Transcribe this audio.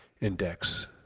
index